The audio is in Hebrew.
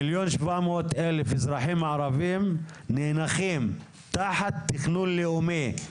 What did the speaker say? מיליון שבע מאות אלף אזרחים ערבים נאנחים תחת תכנון לאומי,